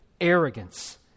arrogance